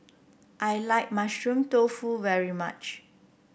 I like Mushroom Tofu very much